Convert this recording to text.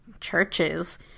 churches